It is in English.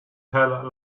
tell